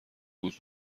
بود